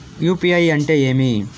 UPI అంటే ఏమి?